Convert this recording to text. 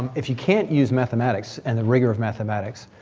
if you can't use mathematics and the rigor of mathematics,